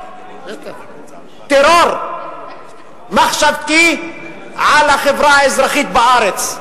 טרור מחשבתי על החברה האזרחית בארץ.